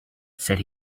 said